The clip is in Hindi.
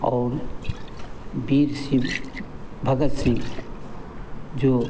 और वीर सिंह भगत सिंह जो